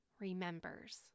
remembers